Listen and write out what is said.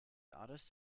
artists